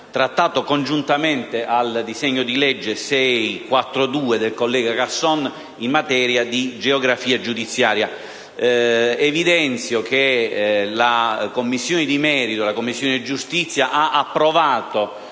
trattato congiuntamente al disegno di legge n. 642 del collega Casson, in materia di geografia giudiziaria. Evidenzio che la Commissione di merito, la Commissione giustizia, ha approvato